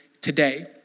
today